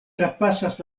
trapasas